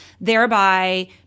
thereby